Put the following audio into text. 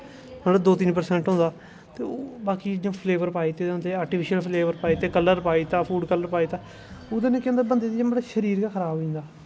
थोह्ड़ा दो तिन्न परसैंट होंदा ते बाकी चीजां फलेवर पाई दित्ते दे होंदे आर्टिफिशल फलेवर पाई दित्ते कल्लर पाई दित्ता फ्रूट कल्लर पाई दित्ता ओह्दै नै केह् होंदा मतलब बंदे दा शरीर गै खराब होई जंदा